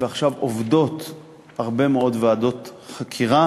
ועכשיו עובדות הרבה מאוד ועדות חקירה,